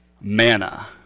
manna